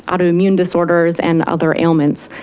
autoimmune disorders and other ailments.